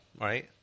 right